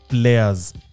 players